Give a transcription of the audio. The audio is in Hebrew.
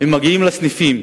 הם מגיעים לסניפים,